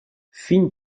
fin